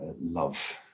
love